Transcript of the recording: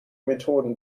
methoden